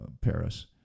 Paris